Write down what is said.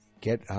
get